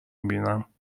میبینم